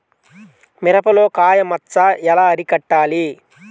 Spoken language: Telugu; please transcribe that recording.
మిరపలో కాయ మచ్చ ఎలా అరికట్టాలి?